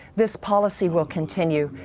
this policy will continue.